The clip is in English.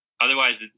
Otherwise